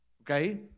okay